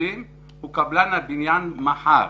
השיפוצים הוא קבלן הבניין מחר.